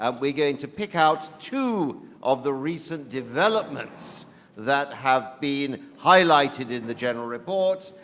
um we're going to pick out two of the recent developments that have been highlighted in the general report.